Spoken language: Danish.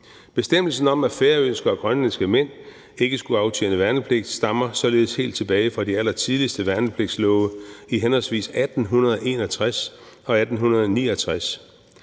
Bestemmelsen om, at færøske og grønlandske mænd ikke skulle aftjene værnepligt, stammer således helt tilbage fra de allertidligste værnepligtslove i henholdsvis 1861 og 1869.